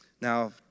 Now